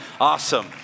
awesome